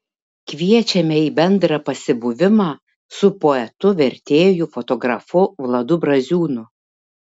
kviečiame į bendrą pasibuvimą su poetu vertėju fotografu vladu braziūnu